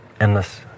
endless